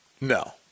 No